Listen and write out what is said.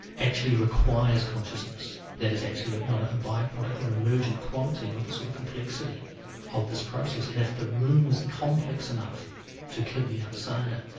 actually requires consciousness. that is actually not a by-product, or an emergent quality of the sort of complexity of this process. and if the room is complex enough to kid the outsider,